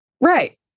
Right